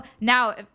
Now